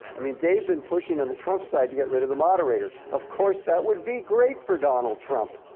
i mean, they've been pushing on the trump side to get rid of the moderator. of course, that would be great for donald trump.